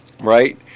right